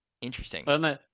interesting